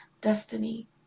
destiny